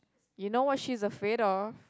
you know what she's afraid of